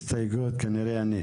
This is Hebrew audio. הצבעה בעד ההסתייגויות 1 נגד,